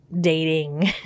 dating